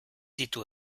ditu